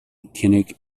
kinnock